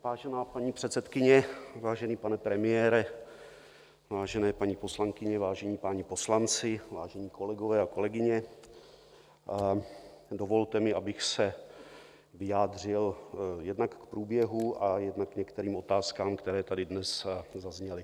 Vážená paní předsedkyně, vážený pane premiére, vážené paní poslankyně, vážení páni poslanci, vážení kolegové a kolegyně, dovolte mi, abych se vyjádřil jednak k průběhu, jednak k některým otázkám, které tady dnes zazněly.